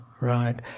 Right